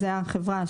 זו החברה